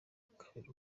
kabiri